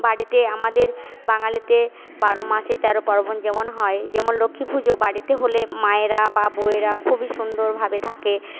বাড়িতে আমাদের বাঙালিদের বারো মাসে তেরো পার্বণ যেমন হয় যেমন লক্ষ্মী পুজো বাড়িতে হলে মায়েরা বা বউয়েরা খুবই সুন্দরভাবে থাকে